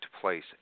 place